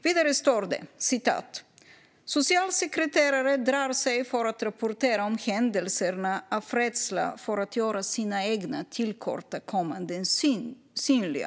Vidare står det: "Socialsekreterare drar sig för att rapportera om händelserna av rädsla för att göra sina egna tillkortakommanden synliga.